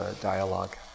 dialogue